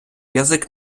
язик